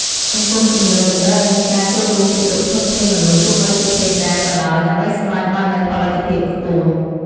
សង្គមទំនើបតម្រូវឱ្យមានការចូលរួមពីគ្រប់ធនធានមនុស្សទោះបីជាភេទណាក៏ដោយដើម្បីសម្រេចបាននូវផលិតភាពខ្ពស់។